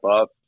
up